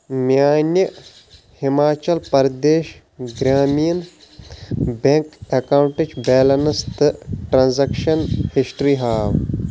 میانہِ ہِماچل پردیش گرٛامیٖن بیٚنٛک اکاونٹٕچ بیلنس تہٕ ٹرانزیکشن ہسٹری ہاو